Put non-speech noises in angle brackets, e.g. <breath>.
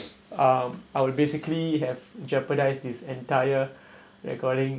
um I would basically have jeopardize this entire <breath> recording